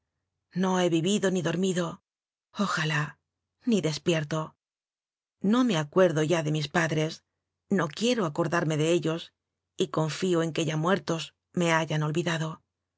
no he vivido ni dormido ojalál ni despier to no me acuerdo ya de mis padres no quie ro acordarme de ellos y confío en que ya muertos me hayan olvidado